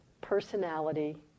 personality